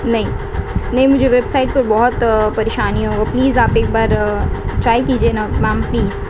نہیں نہیں مجھے ویب سائٹ پر بہت پریشانی ہوگا پلیز آپ ایک بار ٹرائی کیجیے نا میم پلیز